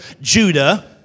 Judah